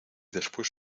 después